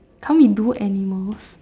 can't we do animals